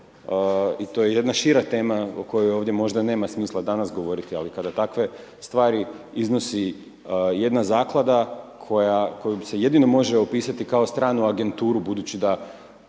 i to je jedna šira tema o kojoj ovdje možda nema smisla danas govoriti ali kada takve stvari iznosi jedna zaklada koju se jedino može opisati kao stranu agenturu budući da